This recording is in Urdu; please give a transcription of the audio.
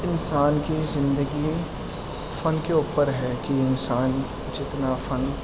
انسان کی زندگی فن کے اوپر ہے کہ انسان جتنا فن